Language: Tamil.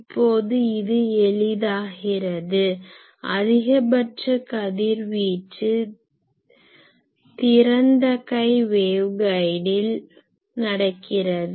இப்போது இது எளிதாகிறது அதிகபட்ச கதிர்வீச்சு திறந்தகை வேவ் கைடில் நடக்கிறது